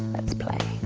let's play.